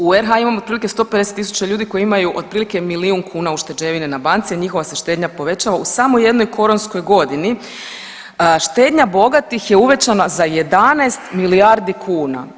U RH imamo otprilike 150.000 ljudi koji imaju otprilike milijun kuna ušteđevine na banci, a njihova se štednja povećava u samo jednoj koronskoj godini štednja bogatih je uvećana za 11 milijardi kuna.